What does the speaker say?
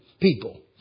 people